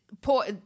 poor